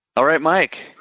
all right, mike.